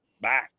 Bye